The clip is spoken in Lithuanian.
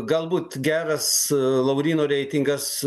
galbūt geras lauryno reitingas